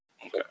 Okay